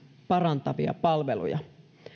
parantavia palveluja